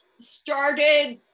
started